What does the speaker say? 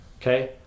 okay